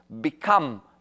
become